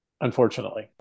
unfortunately